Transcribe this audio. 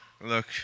look